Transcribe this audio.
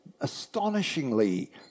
astonishingly